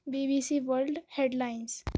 BBC world head lines